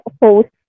post